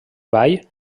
bai